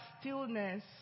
stillness